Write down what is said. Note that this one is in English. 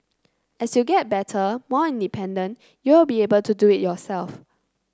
as you get better more independent you will be able to do it yourself